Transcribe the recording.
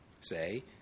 say